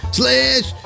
slash